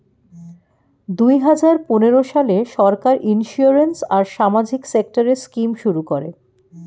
দুই হাজার পনেরো সালে সরকার ইন্সিওরেন্স আর সামাজিক সেক্টরের স্কিম শুরু করে